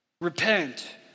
Repent